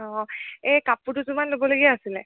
অঁ এই কাপোৰ দুজোৰ মান ল'বলগীয়া আছিলে